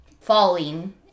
falling